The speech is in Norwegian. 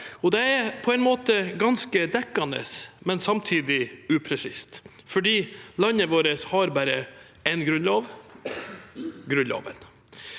Det er på en måte ganske dekkende, men samtidig upresist fordi landet vårt har bare én grunnlov – Grunnloven.